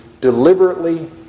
deliberately